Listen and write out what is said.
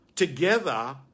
together